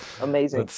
amazing